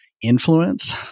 influence